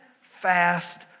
fast